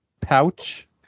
pouch